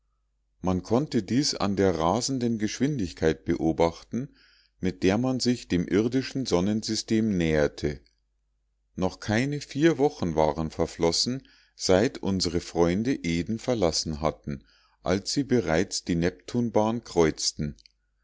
man konnte dies an der rasenden geschwindigkeit beobachten mit der man sich dem irdischen sonnensystem näherte noch keine vier wochen waren verflossen seit unsre freunde eden verlassen hatten als sie bereits die neptunbahn kreuzten